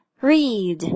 read